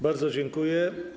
Bardzo dziękuję.